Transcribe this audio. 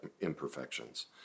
imperfections